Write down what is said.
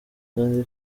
kandi